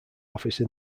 office